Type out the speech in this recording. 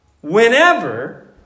Whenever